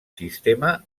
sistema